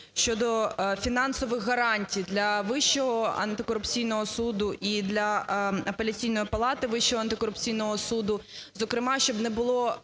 щодо фінансових гарантій для Вищого антикорупційного суду і для Апеляційної палати Вищого антикорупційного суду. Зокрема, щоб не було